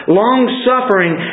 long-suffering